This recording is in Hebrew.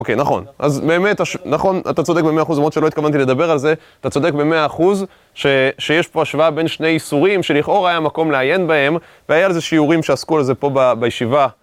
אוקיי, נכון. אז באמת, נכון, אתה צודק במאה אחוז, למרות שלא התכוונתי לדבר על זה, אתה צודק במאה אחוז שיש פה השוואה בין שני איסורים, שלכאורה היה מקום לעיין בהם, והיה על זה שיעורים שעסקו על זה פה בישיבה.